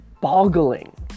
boggling